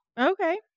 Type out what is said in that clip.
Okay